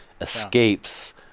escapes